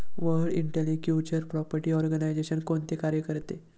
World intellectual property organization कोणते कार्य करते?